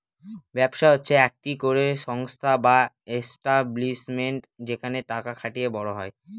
ব্যবসা হচ্ছে একটি করে সংস্থা বা এস্টাব্লিশমেন্ট যেখানে টাকা খাটিয়ে বড় হয়